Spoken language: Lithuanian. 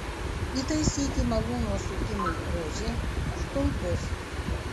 įtaisyti malūno sukimui ožį stulpus